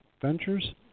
Ventures